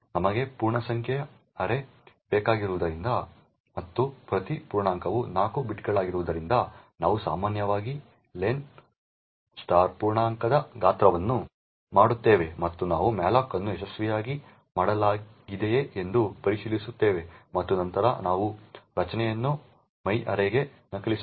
ನಮಗೆ ಪೂರ್ಣಸಂಖ್ಯೆಯ ಅರೇ ಬೇಕಾಗಿರುವುದರಿಂದ ಮತ್ತು ಪ್ರತಿ ಪೂರ್ಣಾಂಕವು 4 ಬೈಟ್ಗಳಾಗಿರುವುದರಿಂದ ನಾವು ಸಾಮಾನ್ಯವಾಗಿ ಲೆನ್ ಪೂರ್ಣಾಂಕದ ಗಾತ್ರವನ್ನು ಮಾಡುತ್ತೇವೆ ಮತ್ತು ನಾವು malloc ಅನ್ನು ಯಶಸ್ವಿಯಾಗಿ ಮಾಡಲಾಗಿದೆಯೇ ಎಂದು ಪರಿಶೀಲಿಸುತ್ತೇವೆ ಮತ್ತು ನಂತರ ನಾವು ರಚನೆಯನ್ನು myarray ಗೆ ನಕಲಿಸುತ್ತೇವೆ